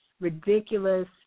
ridiculous